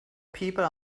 people